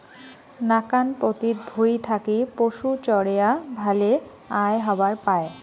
নাকান পতিত ভুঁই থাকি পশুচরেয়া ভালে আয় হবার পায়